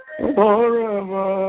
forever